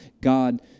God